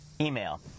email